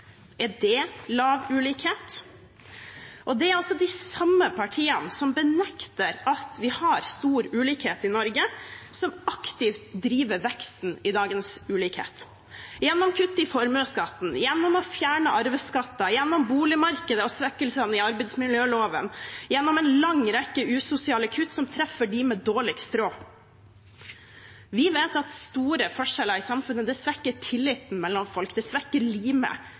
Er det liten ulikhet? Det er altså de samme partiene som benekter at vi har stor ulikhet i Norge, som aktivt driver veksten i dagens ulikhet – gjennom kutt i formuesskatten, gjennom å fjerne arveskatter, gjennom boligmarkedet og svekkelsene i arbeidsmiljøloven, gjennom en lang rekke usosiale kutt som treffer dem med dårligst råd. Vi vet at store forskjeller i samfunnet svekker tilliten mellom folk, det svekker limet